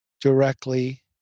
directly